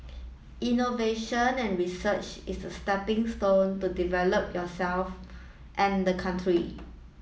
innovation and research is a stepping stone to developing yourself and the country